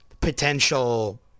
potential